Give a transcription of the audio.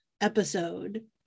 episode